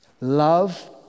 Love